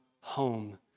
home